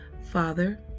Father